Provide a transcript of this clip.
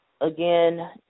again